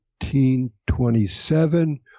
1927